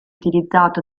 utilizzato